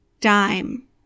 dime